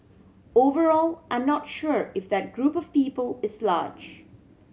overall I'm not sure if that group of people is large